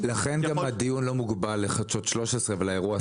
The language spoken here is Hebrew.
לכן גם הדיון לא מוגבל לחדשות 13 ולאירוע הספציפי.